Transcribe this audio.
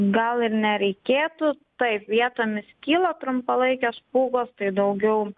gal ir nereikėtų taip vietomis kyla trumpalaikės pūgos tai daugiau